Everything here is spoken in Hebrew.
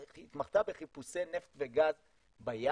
היא התמחתה בחיפושי נפט וגז בים,